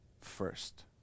first